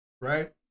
right